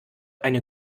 eine